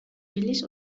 billig